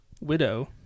widow